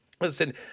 Listen